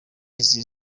izi